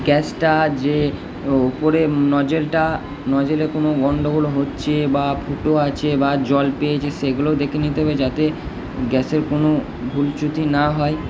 গ্যাসটা যে ওপরে নজেলটা নজেলে কোনো গন্ডগোল হচ্ছে বা ফুটো আছে বা জল পেয়েছে সেগুলোও দেখে নিতে হবে যাতে গ্যাসের কোনো ভুল চ্যুতি না হয়